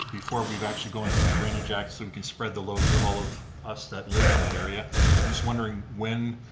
before we've actually going to the drainage act, so we can spread the load to all of us that live in that area. i'm just wondering when,